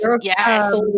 Yes